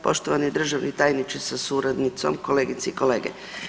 Poštovani državni tajniče sa suradnicom, kolegice i kolege.